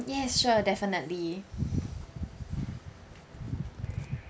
yes sure definitely